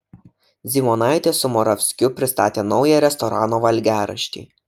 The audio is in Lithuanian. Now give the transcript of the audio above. zymonaitė su moravskiu pristatė naują restorano valgiaraštį